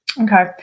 Okay